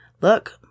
Look